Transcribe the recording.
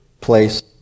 place